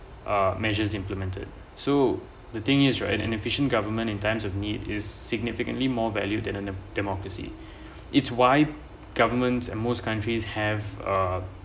uh measures implemented so the thing is right an efficient government in times of need is significantly more valued than a a democracy it's why governments and most countries have a